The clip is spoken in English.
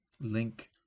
link